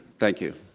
thank you.